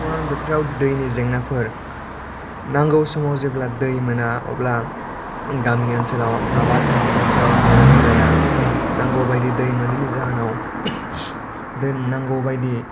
खरान बोथोरा दैनि जेंनाफोर नांगौ समाव जेब्ला दै मोना अब्ला गामि ओनसोलाव आबाद फोथारफोरा मोजां जाया नांगौ बायदि दै मोनिनि जाहोनाव बे नांगौ बायदि